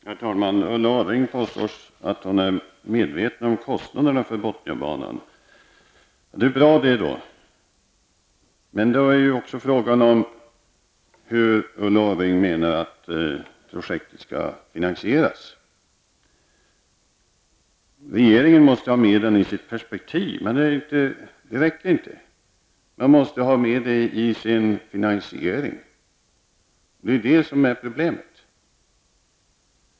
Herr talman! Ulla Orring påstår att hon är medveten om kostnaderna för Botniabanan. Det är ju bra, men då är också frågan hur Ulla Orring menar att projektet skall finansieras. Regeringen måste ha Botniabanan med i sitt perspektiv, säger Ulla Orring. Men det räcker inte -- regeringen måste ha den med även i sin finansiering. Det är det som är problemet.